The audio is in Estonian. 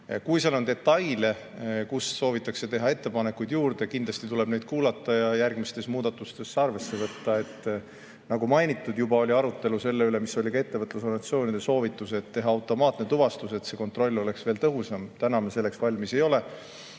Kui seal on detaile, mille kohta soovitakse teha veel ettepanekuid, siis kindlasti tuleb neid kuulata ja järgmistes muudatustes arvesse võtta. Nagu juba mainitud, oli arutelu selle üle, mis oli ka ettevõtlusorganisatsioonide soovitus, et teha automaatne tuvastus, et see kontroll oleks veel tõhusam. Täna me selleks valmis ei ole,